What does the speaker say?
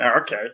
Okay